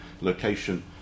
location